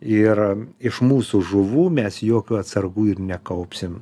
ir iš mūsų žuvų mes jokių atsargų ir nekaupsim